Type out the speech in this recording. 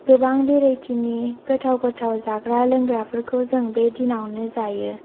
गोबां भेरायथिनि गोथाव गोथाव जाग्रा लोंग्राफोरखौ जों बे दिनावनो जायो